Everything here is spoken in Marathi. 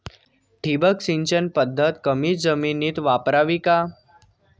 ठिबक सिंचन पद्धत कमी जमिनीत वापरावी का?